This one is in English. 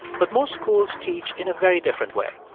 but most schools teach in a very different way.